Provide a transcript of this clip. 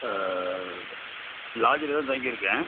லாட்ஜில் தான் தங்கியிருக்கேன்